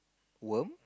worm